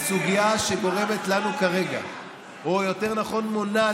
הסוגיה שגורמת, כולכם